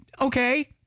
Okay